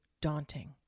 daunting